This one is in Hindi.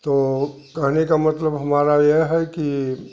तो कहने का मतलब हमारा यह है कि